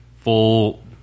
full